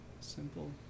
simple